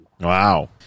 wow